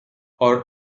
are